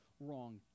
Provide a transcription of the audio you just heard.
wrong